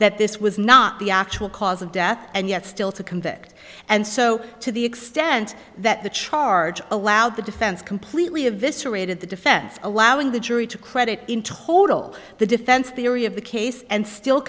that this was not the actual cause of death and yet still to convict and so to the extent that the charge allowed the defense completely eviscerated the defense allowing the jury to credit in total the defense theory of the case and still